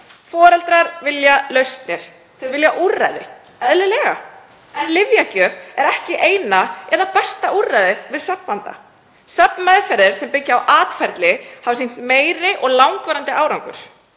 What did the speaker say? Foreldrar vilja lausnir, þau vilja úrræði, eðlilega. En lyfjagjöf er ekki eina eða besta úrræðið við svefnvanda. Svefnmeðferðir sem byggja á atferli hafa sýnt meiri og langvarandi árangur.